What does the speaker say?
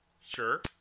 Sure